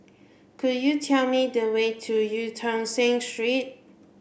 could you tell me the way to Eu Tong Sen Street